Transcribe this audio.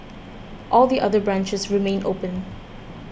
all the other branches remain open